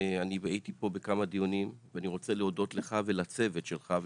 הייתי פה בכמה דיונים ואני רוצה להודות לך ולצוות שלך,